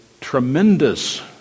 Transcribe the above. tremendous